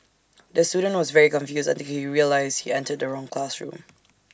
the student was very confused until he realised he entered the wrong classroom